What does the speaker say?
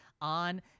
on